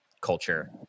culture